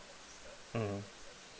mmhmm